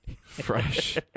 fresh